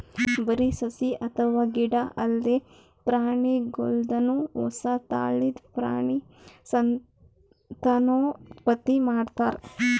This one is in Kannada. ಬರಿ ಸಸಿ ಅಥವಾ ಗಿಡ ಅಲ್ದೆ ಪ್ರಾಣಿಗೋಲ್ದನು ಹೊಸ ತಳಿದ್ ಪ್ರಾಣಿ ಸಂತಾನೋತ್ಪತ್ತಿ ಮಾಡ್ತಾರ್